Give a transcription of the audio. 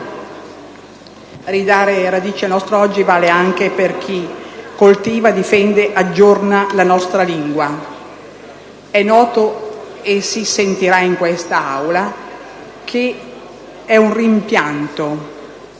Ridare radici al nostro oggi vale anche per chi coltiva, difende e aggiorna la nostra lingua. È noto, e si sentirà in quest'Aula, il rimpianto